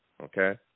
Okay